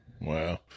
Wow